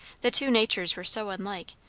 the two natures were so unlike,